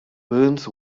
burns